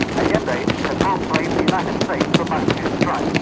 allende had long blamed the united states for much of his strife,